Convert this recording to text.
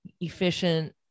efficient